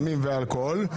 בסמים ואלכוהול.